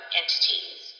entities